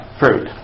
fruit